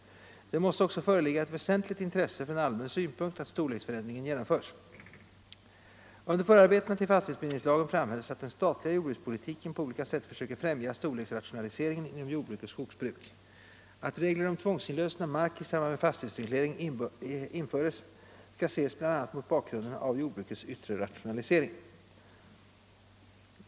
Det måste också föreligga ett väsentligt intresse från allmän synpunkt att storleksförändringar genomförs. Under förarbetena till fastighetsbildningslagen framhölls att den statliga jordbrukspolitiken på olika sätt försöker främja storleksrationaliseringen inom jordbruk och skogsbruk. Att regler om tvångsinlösen av mark i samband med fastighetsreglering infördes skall ses bl.a. mot bakgrund av jordbrukets yttre rationalisering.